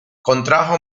contrajo